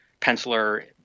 penciler